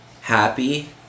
happy